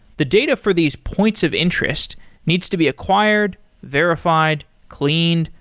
the data for these points of interest needs to be acquired, verified, cleaned,